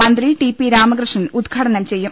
മന്ത്രി T P Ramakrishnan ഉദ്ഘാടനം ചെയ്യും